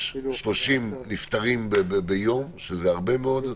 יש 30 נפטרים ביום, שזה הרבה מאוד.